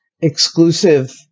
exclusive